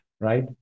right